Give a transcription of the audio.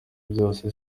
byose